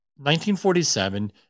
1947